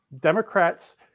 Democrats